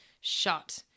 shut